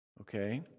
okay